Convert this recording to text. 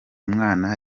mwana